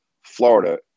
Florida